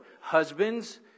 Husbands